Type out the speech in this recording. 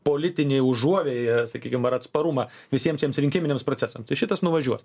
politinį užuovėją sakykim ar atsparumą visiems tiems rinkiminiams procesams tai šitas nuvažiuos